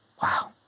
Wow